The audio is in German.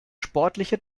sportliche